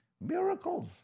Miracles